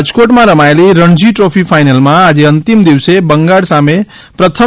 રાજકોટમાં રમાયેલી રણજી દ્રોફી ફાઇનલમાં આજે અંતિમ દિવસે બંગાળ સામે પ્રથમ